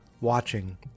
watching